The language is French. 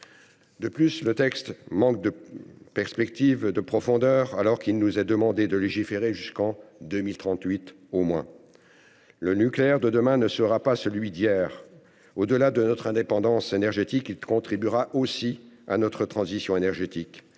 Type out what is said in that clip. De plus, le texte manque de perspective et de profondeur, alors qu'il nous est demandé de légiférer jusqu'en 2038, au moins. Le nucléaire de demain ne sera pas celui d'hier. Au-delà de notre indépendance énergétique, il contribuera à notre transition énergétique,